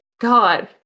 God